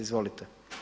Izvolite.